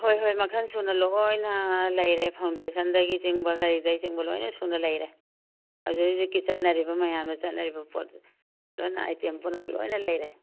ꯍꯣꯏ ꯍꯣꯏ ꯃꯈꯜ ꯁꯨꯅ ꯂꯣꯏꯅ ꯂꯩꯔꯦ ꯐꯥꯎꯟꯗꯦꯁꯟꯗꯒꯤ ꯆꯤꯡꯕ ꯀꯔꯤꯗꯩ ꯆꯤꯡꯕ ꯂꯣꯏꯅ ꯁꯨꯅ ꯂꯩꯔꯦ ꯍꯧꯖꯤꯛ ꯍꯧꯖꯤꯛꯀꯤ ꯆꯠꯅꯔꯤꯕ ꯃꯌꯥꯝꯅ ꯆꯠꯅꯔꯤꯕ ꯄꯣꯠ ꯂꯣꯏꯅ ꯑꯥꯏꯇꯦꯝ ꯄꯨꯝꯅꯃꯛ ꯂꯣꯏꯅ ꯂꯩꯔꯦ